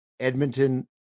Edmonton